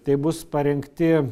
tai bus parengti